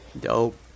dope